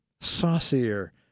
saucier